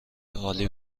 عالی